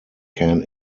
can